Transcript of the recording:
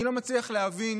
אני לא מצליח להבין